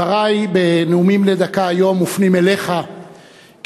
דברי בנאומים בני דקה היום מופנים אליך כאדם